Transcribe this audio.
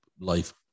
life